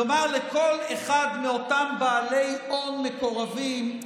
לומר לכל אחד מאותם בעלי הון מקורבים: